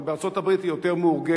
אבל בארצות-הברית היא יותר מאורגנת.